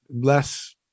less